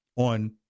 on